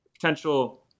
potential